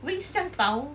wings 是将倒